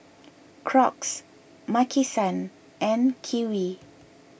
Crocs Maki San and Kiwi